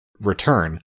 return